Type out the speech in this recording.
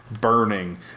burning